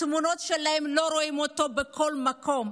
לא רואים את התמונות שלהם בכל מקום.